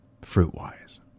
Fruit-wise